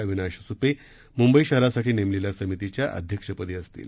अविनाश सुपे मुंबई शहरासाठी नेमलेल्या समितीच्या अध्यक्षपदी असतील